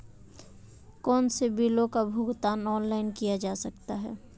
कौनसे बिलों का भुगतान ऑनलाइन किया जा सकता है?